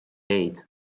eight